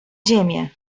ziemię